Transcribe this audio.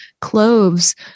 cloves